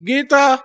Gita